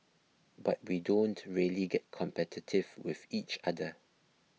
but we don't really get competitive with each other